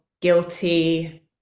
guilty